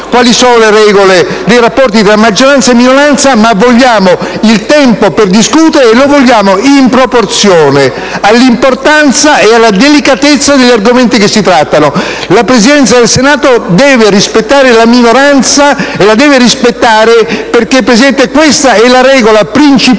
quali sono le regole dei rapporti tra maggioranza e minoranza, ma vogliamo il tempo per discutere, e lo vogliamo in proporzione all'importanza e alla delicatezza degli argomenti che si trattano. La Presidenza del Senato deve rispettare la minoranza, e lo deve fare perché questa è la regola principale